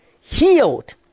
healed